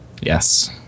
Yes